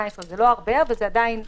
סעיף 218. זה לא הרבה אבל זה עדיין קיים.